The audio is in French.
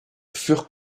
furent